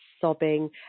sobbing